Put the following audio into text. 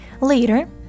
Later